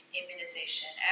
immunization